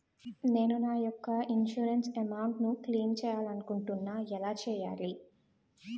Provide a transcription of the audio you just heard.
నేను నా యెక్క ఇన్సురెన్స్ అమౌంట్ ను క్లైమ్ చేయాలనుకుంటున్నా ఎలా చేయాలి?